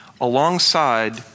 alongside